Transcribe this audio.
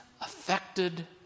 affected